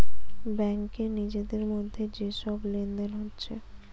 ব্যাংকে নিজেদের মধ্যে যে সব লেনদেন হচ্ছে